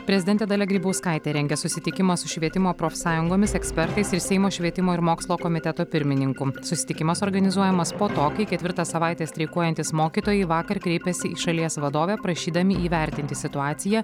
prezidentė dalia grybauskaitė rengia susitikimą su švietimo profsąjungomis ekspertais ir seimo švietimo ir mokslo komiteto pirmininku susitikimas organizuojamas po to kai ketvirtą savaitę streikuojantys mokytojai vakar kreipėsi į šalies vadovę prašydami įvertinti situaciją